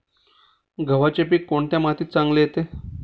गव्हाचे पीक कोणत्या मातीत चांगले येते?